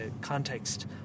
context